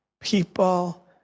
people